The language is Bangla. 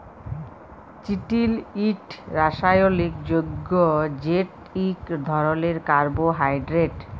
চিটিল ইকট রাসায়লিক যগ্য যেট ইক ধরলের কার্বোহাইড্রেট